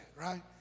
right